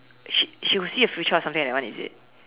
she she will see her future or something like that one is it